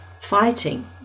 fighting